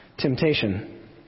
temptation